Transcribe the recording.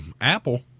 Apple